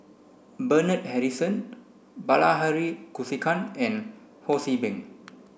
Bernard Harrison Bilahari Kausikan and Ho See Beng